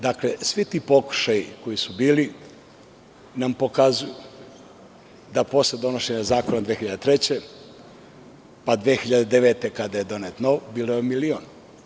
Dakle, svi ti pokušaji koji su bili nam pokazuju da posle donošenje zakona 2003. godine, pa 2009. kada je donet nov bio je milion.